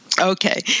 Okay